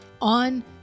on